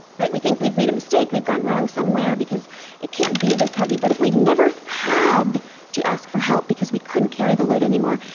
but we think we've made a mistake we've gone wrong somewhere, because it can't be this heavy but if we never had to ask for help because we couldn't carry the load anymore,